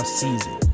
season